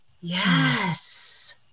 yes